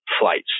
flights